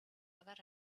never